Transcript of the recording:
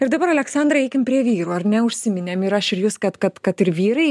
ir dabar aleksandrai eikim prie vyrų ar ne užsiminėm ir aš ir jūs kad kad kad ir vyrai